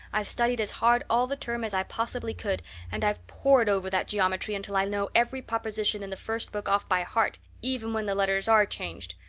i've studied as hard all the term as i possibly could and i've pored over that geometry until i know every proposition in the first book off by heart, even when the letters are changed.